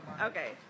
Okay